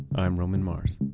i'm roman mars